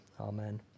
amen